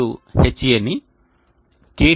Ha ని KT